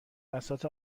بساط